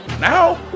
Now